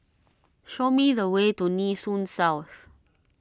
show me the way to Nee Soon South